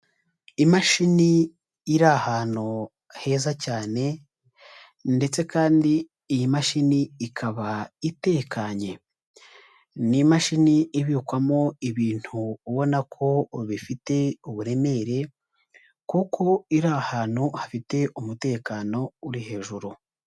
Imashini iri ahantu heza cyane, ndetse kandi iyi mashini ikaba itekanye. Ni imashini ibikwamo ibintu ubona ko bifite uburemere, kuko iri ahantu hafite umutekano uri hejuru.